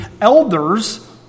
elders